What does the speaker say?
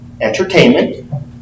entertainment